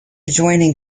joining